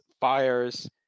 fires